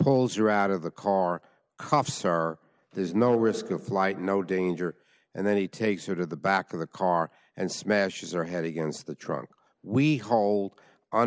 polls are out of the car cops are there's no risk of flight no danger and then he takes her to the back of the car and smashes her head against the trunk we hold on